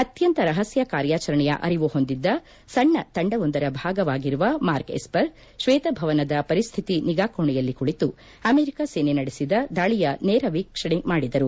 ಅತ್ಯಂತ ರಹಸ್ತ ಕಾರ್ಯಾಚರಣೆಯ ಅರಿವು ಹೊಂದಿದ್ದ ಸಣ್ಣ ತಂಡವೊಂದರ ಭಾಗವಾಗಿರುವ ಮಾರ್ಕ್ ಎಸ್ಪರ್ ಕ್ವೇತಭವನದ ಪರಿಸ್ವಿತಿ ನಿಗಾ ಕೋಣೆಯಲ್ಲಿ ಕುಳಿತು ಅಮೆರಿಕ ಸೇನೆ ನಡೆಸಿದ ದಾಳಿಯ ನೇರ ವೀಕ್ಷಣೆ ಮಾಡಿದರು